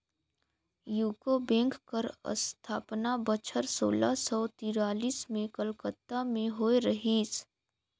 UCO bank कर असथापना बछर सोला सव तिरालिस में कलकत्ता में होए रहिस